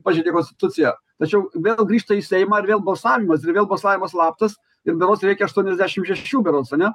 pažeidė konstituciją tačiau vėl grįžta į seimą ir vėl balsavimas ir vėl balsavimas slaptas ir berods reikia aštuoniasdešim šešių berods ane